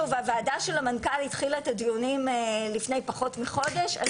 הוועדה של המנכ"ל התחילה את הדיונים לפני פחות מחודש.